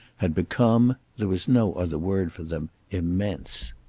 had become there was no other word for them immense.